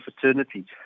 fraternity